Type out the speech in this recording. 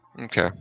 Okay